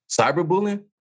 Cyberbullying